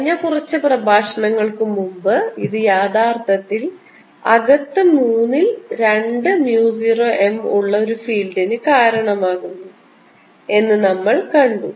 കഴിഞ്ഞ കുറച്ച് പ്രഭാഷണങ്ങൾക്ക് മുമ്പ് ഇത് യഥാർത്ഥത്തിൽ അകത്ത് മൂന്നിൽ രണ്ട് mu 0 m ഉള്ള ഒരു ഫീൽഡിന് കാരണമാകുന്നു എന്ന് നമ്മൾ കണ്ടു